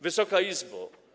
Wysoka Izbo!